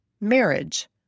marriage